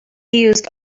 used